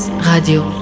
Radio